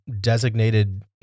designated